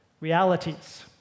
realities